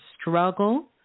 struggle